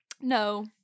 No